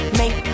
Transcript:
make